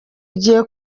ugiye